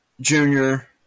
Junior